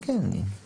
כן, כן, הסברתי.